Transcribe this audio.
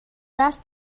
دست